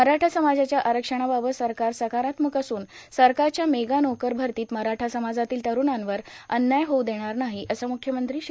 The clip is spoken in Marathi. मराठा समाजाच्या आरक्षणाबाबत सरकार सकारात्मक असून सरकारच्या मेगा नोकर भरतीत मराठा समाजातील तठ्ठणांवर अन्याय होऊ देणार नाही असं मुख्यमंत्री श्री